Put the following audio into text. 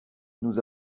nous